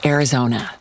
Arizona